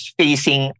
facing